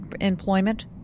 employment